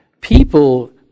people